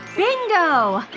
bingo!